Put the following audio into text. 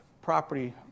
property